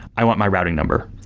i want my routing number.